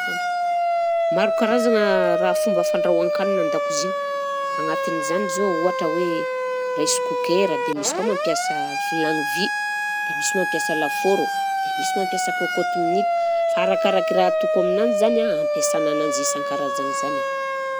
Maro karazagna raha fomba fandrahoan-kanina an-dakozia, agnatin'izany zao ohatra hoe rice cooker, dia misy koa mampiasa vilagny vy, dia misy mampiasa lafaoro, dia misy mampiasa cocotte minute, fa arakaraky raha atoko aminanjy zany a ampiasana ananjy isan-karazany zany.